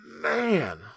man